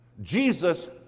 Jesus